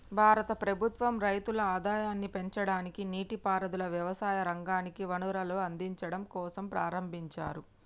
భారత ప్రభుత్వం రైతుల ఆదాయాన్ని పెంచడానికి, నీటి పారుదల, వ్యవసాయ రంగానికి వనరులను అందిచడం కోసంప్రారంబించారు